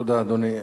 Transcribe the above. תודה, אדוני.